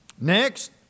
Next